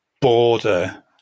Border